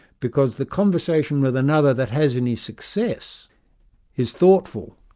because the conversation with another that has any success is thoughtful,